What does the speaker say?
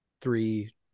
Three